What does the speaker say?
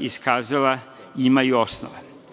iskazala imaju osnova. Čuo